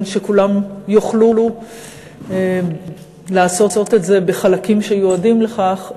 שכולם יוכלו לעשות את זה בחלקים שמיועדים לכך,